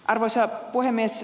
arvoisa puhemies